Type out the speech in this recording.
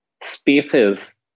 spaces